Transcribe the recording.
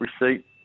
receipt